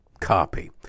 copy